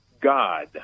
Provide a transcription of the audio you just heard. God